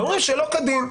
ואומרים "שלא כדין".